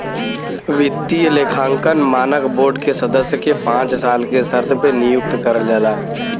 वित्तीय लेखांकन मानक बोर्ड के सदस्य के पांच साल के शर्त पे नियुक्त करल जाला